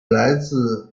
来自